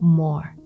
more